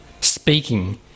speaking